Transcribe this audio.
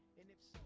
and if